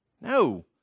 no